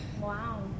Wow